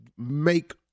make